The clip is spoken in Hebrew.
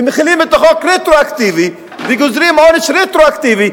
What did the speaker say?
ומחילים את החוק רטרואקטיבית וגוזרים עונש רטרואקטיבי.